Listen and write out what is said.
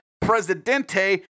Presidente